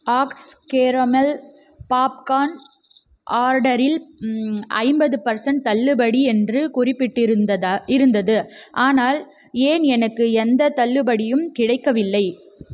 acts caramel popcorn ஆர்டரில் ஐம்பது percent தள்ளுபடி என்று குறிப்பிட்டிருந்தது இருந்தது ஆனால் ஏன் எனக்கு எந்தத் தள்ளுபடியும் கிடைக்கவில்லை